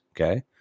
Okay